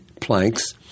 planks